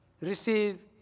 receive